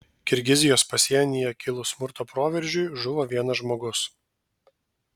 kirgizijos pasienyje kilus smurto proveržiui žuvo vienas žmogus